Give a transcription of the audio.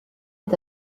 est